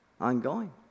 ongoing